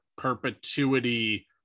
perpetuity